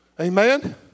Amen